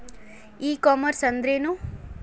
E commerce ಅಂದ್ರೇನು?